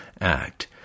act